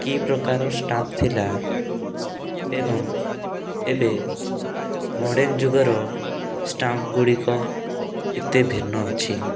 କି ପ୍ରକାର ଷ୍ଟାମ୍ପ ଥିଲା ଏବଂ ଏବେ ମଡ଼ର୍ଣ୍ଣ ଯୁଗର ଷ୍ଟାମ୍ପଗୁଡ଼ିକ କେତେ ଭିନ୍ନ ଅଛି